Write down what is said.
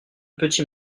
petit